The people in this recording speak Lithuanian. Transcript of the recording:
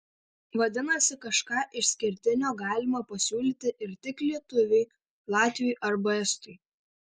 vadinasi kažką išskirtinio galima pasiūlyti ir tik lietuviui latviui arba estui